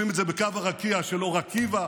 רואים את זה בקו הרקיע של אור עקיבא,